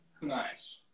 Nice